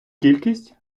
кількість